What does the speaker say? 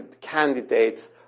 candidates